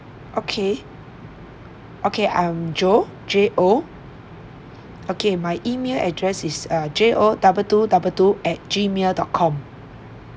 okay okay I'm jo J O okay my email address is uh J O double two double two at Gmail dot com